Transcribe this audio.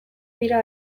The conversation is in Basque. dira